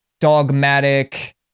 dogmatic